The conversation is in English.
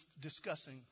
discussing